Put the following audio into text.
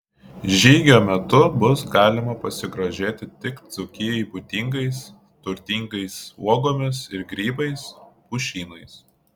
žygio metu bus galima pasigrožėti tik dzūkijai būdingais turtingais uogomis ir grybais pušynais